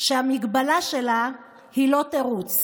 ושהמגבלה שלה היא לא תירוץ.